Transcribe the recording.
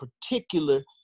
particular